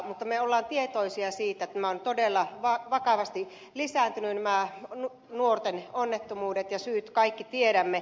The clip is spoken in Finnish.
mutta me olemme tietoisia siitä että nämä nuorten onnettomuudet ovat todella vakavasti lisääntyneet ja syyt kaikki tiedämme